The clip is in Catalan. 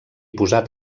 posat